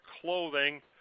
clothing